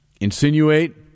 insinuate